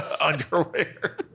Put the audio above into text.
Underwear